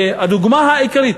והדוגמה העיקרית,